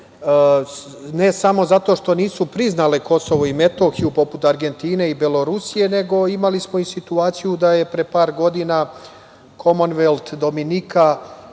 ne samo zato što nisu priznale KiM, poput Argentine i Belorusije, nego imali smo i situaciju da je pre par godina Komonvelt Dominika